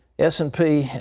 s and p